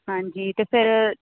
ਹਾਂਜੀ ਤੇ ਫਿਰ